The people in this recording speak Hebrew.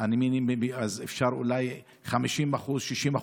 אז אפשר אולי 50%-60%,